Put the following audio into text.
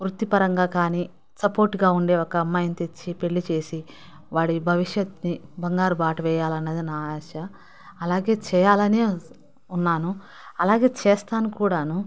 వృత్తిపరంగా కాని సపోర్ట్గా ఉండే ఒక అమ్మాయిని తెచ్చి పెళ్ళి చేసి వాడి భవిష్యత్ని బంగారు బాట వేయాలన్నది నా ఆశ అలాగే చేయాలనే ఉన్నాను అలాగే చేస్తాను కూడాను